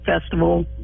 festival